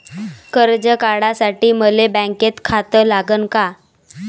कर्ज काढासाठी मले बँकेत खातं लागन का?